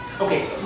Okay